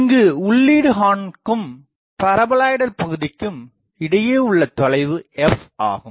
இங்கு உள்ளீடு ஹார்ன்க்கும் பாரபோலாய்டல் பகுதிக்கும் இடையே உள்ள தொலைவு f ஆகும்